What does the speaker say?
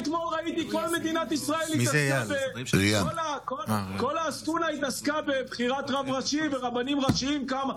בקבינט, ואני גאה בראש הממשלה שלי ושלנו.